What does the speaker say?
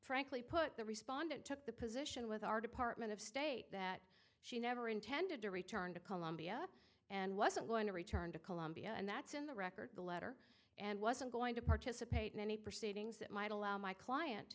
frankly put the respondent took the position with our department of state that she never intended to return to colombia and wasn't going to return to colombia and that's in the record the letter and wasn't going to participate in any proceedings that might allow my client